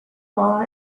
law